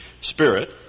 spirit